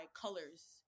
colors